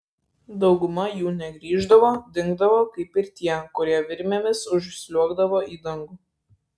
dauguma jų negrįždavo dingdavo kaip ir tie kurie virvėmis užsliuogdavo į dangų